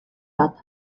bat